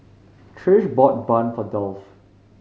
Trish bought bun for Dolph